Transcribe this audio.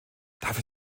dafür